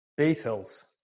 Beatles